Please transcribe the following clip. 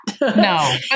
No